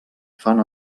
fan